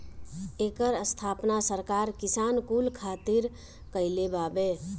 एकर स्थापना सरकार किसान कुल खातिर कईले बावे